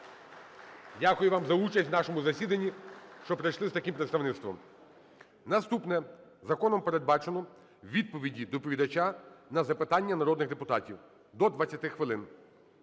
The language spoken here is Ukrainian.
Дякую вам за участь у нашому засіданні, що прийшли з таким представництвом. Наступне. Законом передбачено відповіді доповідача на запитання народних депутатів до 20 хвилин.